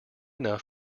enough